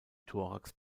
thorax